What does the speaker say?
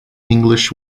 english